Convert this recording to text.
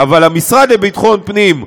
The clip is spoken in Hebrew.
אבל המשרד לביטחון פנים,